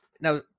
now